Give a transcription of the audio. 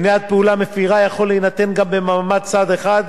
צו למניעת פעולה מפירה יכול להינתן גם במעמד צד אחד,